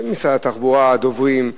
משרד התחבורה, הדוברים,